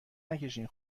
نکشین